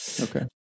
Okay